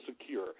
secure